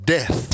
Death